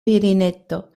virineto